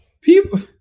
people